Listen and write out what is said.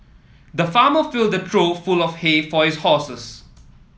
the farmer filled a trough full of hay for his horses